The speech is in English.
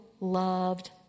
loved